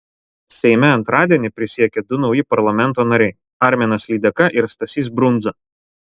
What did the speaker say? seime antradienį prisiekė du nauji parlamento nariai arminas lydeka ir stasys brundza